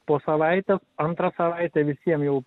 po savaitę antrą savaitę visiem jau